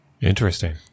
Interesting